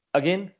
again